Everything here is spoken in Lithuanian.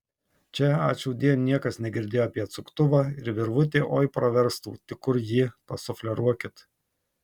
čia ačiūdie niekas negirdėjo apie atsuktuvą ir virvutė oi praverstų tik kur ji pasufleruokit